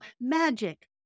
magic